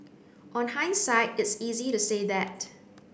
on hindsight it's easy to say that